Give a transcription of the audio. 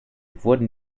wurden